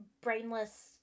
brainless